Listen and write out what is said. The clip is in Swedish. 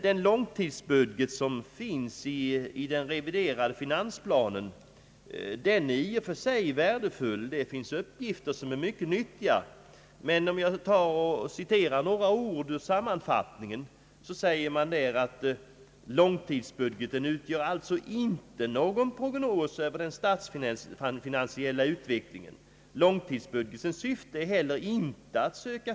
Den långtidsbudget som finns i den reviderade statsplanen är i och för sig värdefull. Det finns uppgifter i den som är mycket nyttiga. I finansplanens sammanfattning står emellertid bl a. följande skrivet: >»Långtidsbudgeten utgör alltså inte någon prognos över den statsfinansiella utvecklingen. Långtids budgetens syfte är heller inte att söka .